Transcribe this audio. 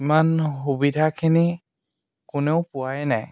ইমান সুবিধাখিনি কোনেও পোৱাই নাই